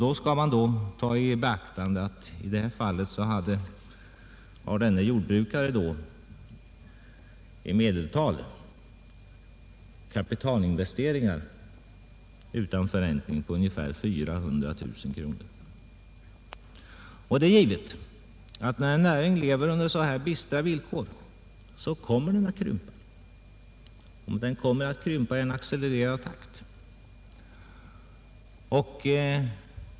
Man skall då ta i beaktande att jordbrukaren i detta fall i medeltal har kapitalinvesteringar utan förräntning på ungefär 400 000 kronor. Det är givet att när en näring lever under så bistra villkor kommer den att krympa. Den kommer att krympa i en accelererad takt.